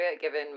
given